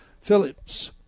Phillips